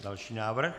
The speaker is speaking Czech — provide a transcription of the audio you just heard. Další návrh.